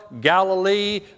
Galilee